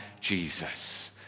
Jesus